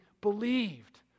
believed